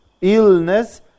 illness